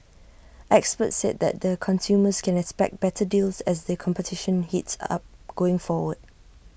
experts said that the consumers can expect better deals as the competition heats up going forward